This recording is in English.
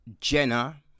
Jenna